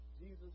Jesus